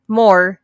more